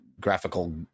graphical